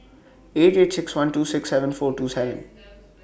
eight eight six one two six seven four two seven